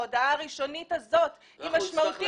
ההודעה הראשונית הזאת היא משמעותית.